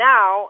Now